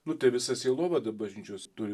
nu tai visa sielovada bažnyčios turi